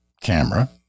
camera